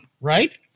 right